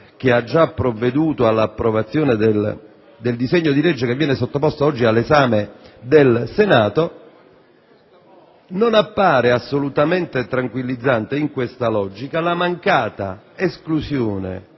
che ha già provveduto all'approvazione del disegno di legge che viene sottoposto oggi all'esame del Senato, non appare assolutamente tranquillizzante, in questa logica, la mancata esclusione